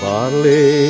Barley